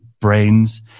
brains